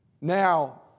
Now